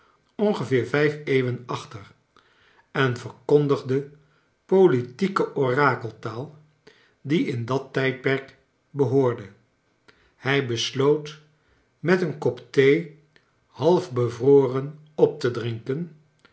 ongeveer vijf eeuwen achter en verkondigde politieke orakeltaal die in dat tijdperk thuis behoorde hij besloot met een kop thee half bevroren op te drinken